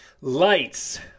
lights